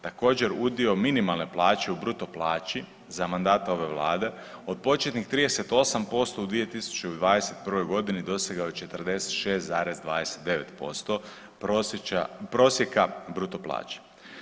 Također udio minimalne plaće u bruto plaći za mandata ove vlade od početnih 38% u 2021.g. dosegao je 46,29% prosjeka bruto plaće.